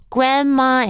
Grandma